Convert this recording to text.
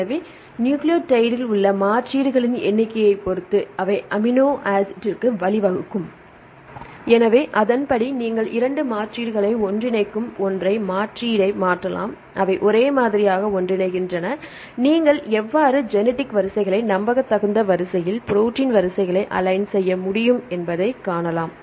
எனவே நியூக்ளியோடைடில் உள்ள மாற்றீடுகளின் எண்ணிக்கையைப் பொறுத்து அவை அமினோ ஆசிட்டிற்கு வழிவகுக்கும் எனவே அதன்படி நீங்கள் 2 மாற்றீடுகளை ஒன்றிணைக்கும் ஒற்றை மாற்றீட்டை மாற்றலாம் அவை ஒரே மாதிரியாக ஒன்றிணைகின்றன நீங்கள் எவ்வாறு ஜெனிடிக் வரிசைகளை நம்பத்தகுந்த வகையில் ப்ரோடீன் வரிசைகளை அலைன் செய்ய முடியும் என்பதைக் காணலாம்